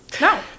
No